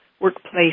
workplace